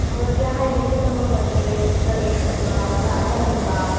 भवत्याः यद् इष्टतमं वर्तते चित्रलेखनं वा उत अटनं वा